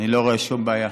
אני לא רואה שום בעיה.